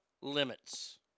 Limits